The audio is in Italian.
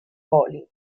poli